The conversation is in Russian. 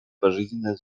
пожизненное